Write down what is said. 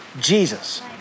Jesus